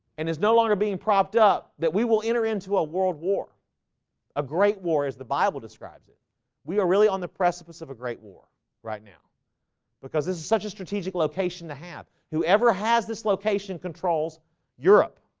and is no longer being propped up that we will enter into a world war a great war as the bible describes it we are really on the precipice of a great war right now because this is such a strategic location to have whoever has this location controls europe